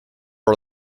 are